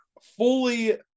fully